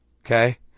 Okay